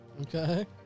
Okay